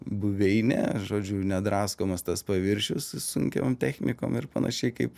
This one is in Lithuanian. buveinė žodžiu nedraskomas tas paviršius su sunkiom technikom ir panašiai kaip